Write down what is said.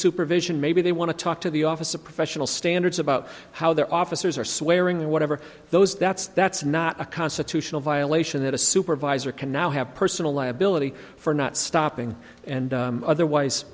supervision maybe they want to talk to the office of professional standards about how their officers are swearing their whatever those that's that's not a constitutional violation that a supervisor can now have personal liability for not stopping and otherwise